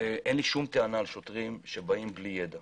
אין לי שום טענה לשוטרים שבאים בלי ידע.